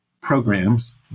programs